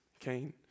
Cain